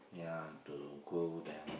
ya to go there